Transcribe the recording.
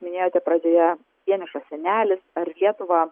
minėjote pradžioje vienišas senelis ar lietuvą